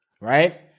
right